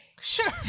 Sure